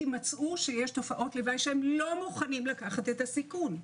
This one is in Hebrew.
מצאו שיש תופעות לוואי שהם לא מוכנים לקחת את החיסון.